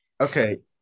okay